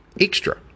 extra